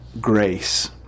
grace